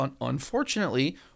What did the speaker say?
unfortunately